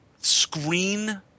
screen